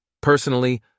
Personally